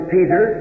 Peter